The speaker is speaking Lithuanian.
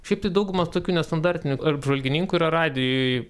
šiaip tai daugumas tokių nestandartinių apžvalgininkų yra radijuj